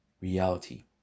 reality